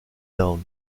downs